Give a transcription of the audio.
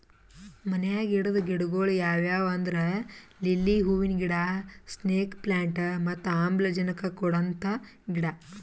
ಮನ್ಯಾಗ್ ಇಡದ್ ಗಿಡಗೊಳ್ ಯಾವ್ಯಾವ್ ಅಂದ್ರ ಲಿಲ್ಲಿ ಹೂವಿನ ಗಿಡ, ಸ್ನೇಕ್ ಪ್ಲಾಂಟ್ ಮತ್ತ್ ಆಮ್ಲಜನಕ್ ಕೊಡಂತ ಗಿಡ